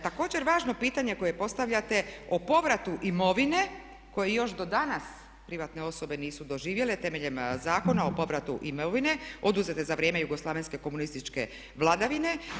Također važno pitanje koje postavljate o povratu imovine koje još do danas privatne osobe nisu doživjele temeljem Zakona o povratu imovine oduzete za vrijeme jugoslavenske komunističke vladavine.